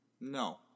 no